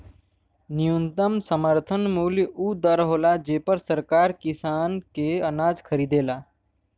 न्यूनतम समर्थन मूल्य उ दर होला जेपर सरकार किसान के अनाज खरीदेला